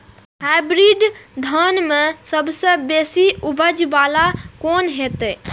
Hybrid धान में सबसे बेसी उपज बाला कोन हेते?